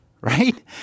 Right